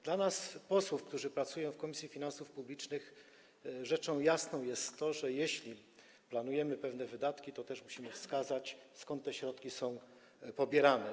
Dla nas, posłów, którzy pracują w Komisji Finansów Publicznych, rzeczą jasną jest to, że jeśli planujemy pewne wydatki, to musimy też wskazać, skąd te środki są pobierane.